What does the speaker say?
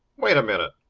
wait a minute.